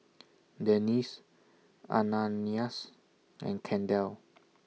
Dennis Ananias and Kendall